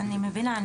אני מבינה.